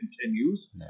continues